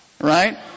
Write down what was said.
Right